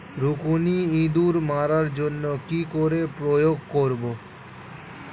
রুকুনি ইঁদুর মারার জন্য কি করে প্রয়োগ করব?